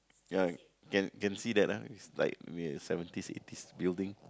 ya can can see that ah it's like seventies eighties building